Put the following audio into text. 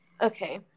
Okay